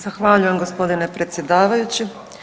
Zahvaljujem gospodine predsjedavajući.